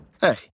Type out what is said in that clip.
Hey